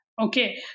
Okay